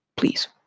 please